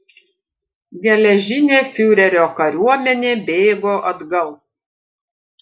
geležinė fiurerio kariuomenė bėgo atgal